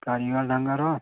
कारीगर ढङ्गर हइ